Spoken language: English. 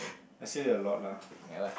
I say it a lot lah